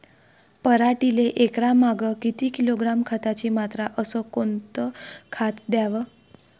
पराटीले एकरामागं किती किलोग्रॅम खताची मात्रा अस कोतं खात द्याव?